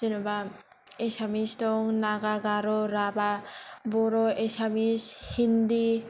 जेनबा एसामिस दं नागा गार' राभा बर' एसामिस हिन्दि